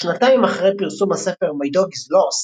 שנתיים אחרי פרסום הספר !My Dog is Lost,